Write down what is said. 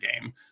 game